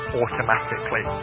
automatically